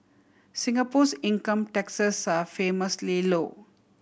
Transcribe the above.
Singapore's income taxes are famously low